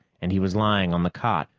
and he was lying on the cot,